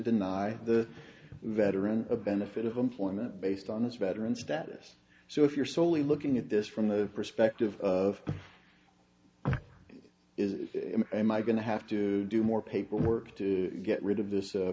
deny the veteran a benefit of employment based on this veteran status so if you're solely looking at this from the perspective of is it my going to have to do more paperwork to get rid of this